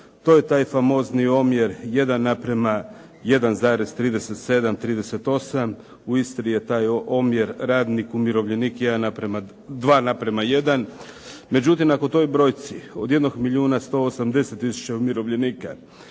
To je taj famozni omjer 1:1,37, 38. U Istri je taj omjer radnik-umirovljenik 2:1. Međutim, ako toj brojci od 1 milijuna 180 tisuća umirovljenika